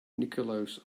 nicholaus